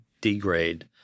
degrade